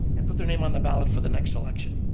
and put their name on the ballot for the next election.